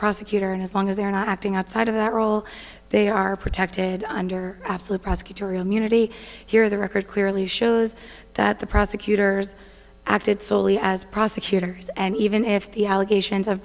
prosecutor and as long as they're not acting outside of that role they are protected under absolute prosecutorial munity here the record clearly shows that the prosecutors acted solely as prosecutors and even if the allegations of